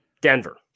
Denver